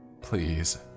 Please